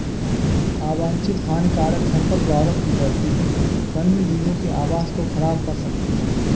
अवांछित हानिकारक खरपतवारों की वृद्धि वन्यजीवों के आवास को ख़राब कर सकती है